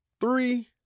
Three